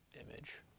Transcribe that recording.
image